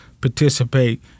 participate